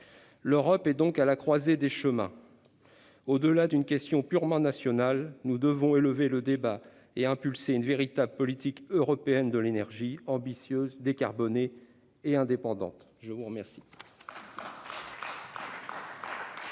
L'Europe est donc à la croisée des chemins. Au-delà d'une question purement nationale, nous devons élever le débat et impulser une véritable politique européenne de l'énergie, qui soit ambitieuse, décarbonée et indépendante. La parole